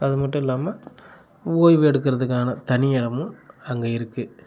அது மட்டும் இல்லாமல் ஓய்வெடுக்கிறத்துக்கான தனி இடமும் அங்கே இருக்குது